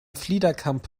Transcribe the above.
fliederkamp